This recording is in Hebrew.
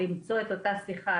למצוא את אותה שיחה,